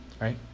right